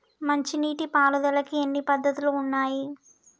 మంచి నీటి పారుదలకి ఎన్ని పద్దతులు ఉన్నాయి?